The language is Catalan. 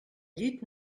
llit